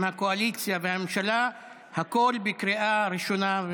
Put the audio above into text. הקואליציה והממשלה את הכול בקריאה ראשונה?